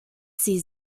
sie